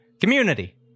Community